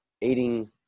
eating